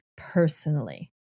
Personally